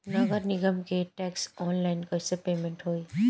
नगर निगम के टैक्स ऑनलाइन कईसे पेमेंट होई?